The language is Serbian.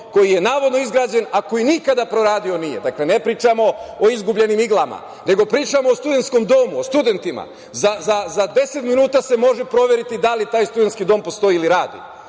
koji je navodno izgrađen, a koji nikada proradio nije. Dakle, ne pričamo o izgubljenim iglama, nego pričamo o studentskom domu, o studentima. Za deset minuta se može proveriti da li taj studentski dom postoji ili radi.